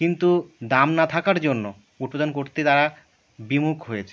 কিন্তু দাম না থাকার জন্য উৎপাদন করতে তারা বিমুখ হয়েছে